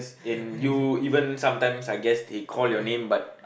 and you even sometimes I guess they call your name but